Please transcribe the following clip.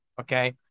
Okay